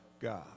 God